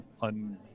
on